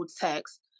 text